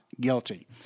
guilty